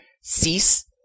cease